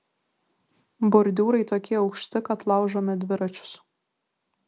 bordiūrai tokie aukšti kad laužome dviračius